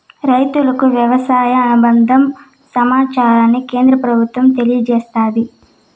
రైతులకు వ్యవసాయ అనుబంద సమాచారాన్ని కేంద్ర ప్రభుత్వం తెలియచేస్తాది